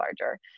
larger